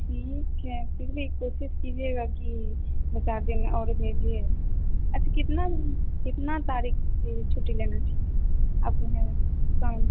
ठीक है फ़िर भी कोशिश कीजिएगा कि दो चार दिन और भेजिए अच्छा कितना कितना तारीख छुट्टी लेना चाहिए आप हमें काउन्ट